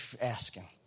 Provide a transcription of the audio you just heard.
asking